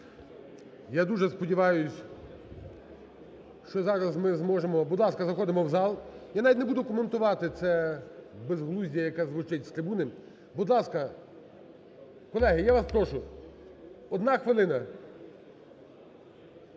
Я дуже сподіваюсь, що зараз ми зможемо… Будь ласка, заходимо в зал. Я навіть не буду коментувати це безглуздя, яке звучить з трибуни. Будь ласка, колеги, я вас прошу, одна хвилина.